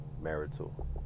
marital